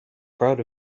proud